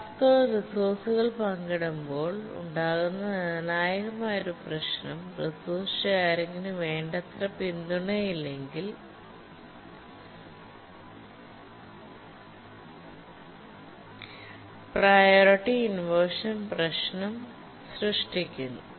ടാസ്ക്കുകൾ റിസോഴ്സ്കൾ പങ്കിടുമ്പോൾ ഉണ്ടാകുന്ന നിർണ്ണായകമായ ഒരു പ്രശ്നം റിസോഴ്സ് ഷെറിങ്ങിനു വേണ്ടത്ര പിന്തുണയില്ലെങ്കിൽ പ്രിയോറിറ്റി ഇൻവെർഷൻ പ്രശ്നം സൃഷ്ടിക്കുന്നു